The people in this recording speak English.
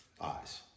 eyes